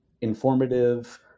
informative